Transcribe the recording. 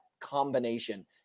combination